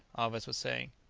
alvez was saying.